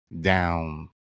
down